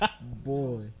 Boy